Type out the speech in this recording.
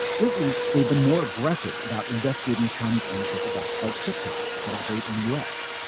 lately, they've been more aggressive about investigating chinese ownership of apps like tick-tock that operate in the u s.